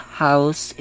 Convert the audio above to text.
house